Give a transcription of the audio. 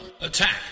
attack